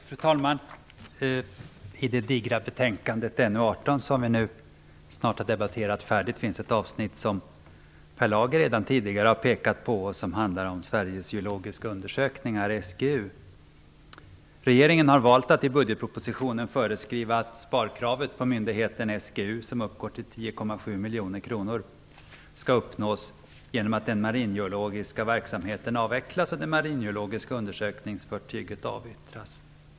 Fru talman! I det digra betänkandet NU18, som vi nu snart har debatterat färdigt, finns ett avsnitt som Per Lager redan tidigare har pekat på och som handlar om Sveriges geologiska undersökning, SGU. Regeringen har valt att i budgetpropositionen föreskriva att sparkravet på myndigheten SGU, som uppgår till 10,7 miljoner kronor, skall uppnås genom att den maringeologiska verksamheten avvecklas och det maringeologiska undersökningsfartyget avyttras.